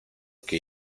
que